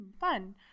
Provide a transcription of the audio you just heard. Fun